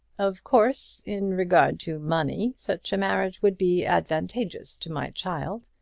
of course, in regard to money such a marriage would be advantageous to my child.